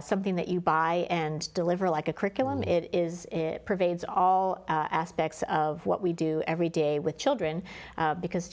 something that you buy and deliver like a curriculum it is it pervades all aspects of what we do every day with children because